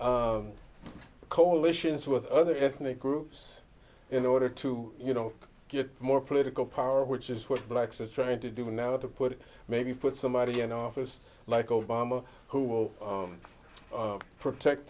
speak coalitions with other ethnic groups in order to you know get more political power which is what blacks are trying to do now to put maybe put somebody in office like obama who will protect